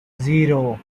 zero